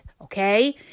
Okay